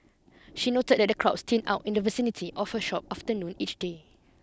she noted that the crowds thin out in the vicinity of her shop after noon each day